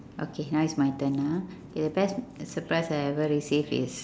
okay now is my turn ah the best surprise I ever received is